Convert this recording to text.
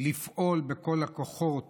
לפעול בכל הכוחות